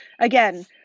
again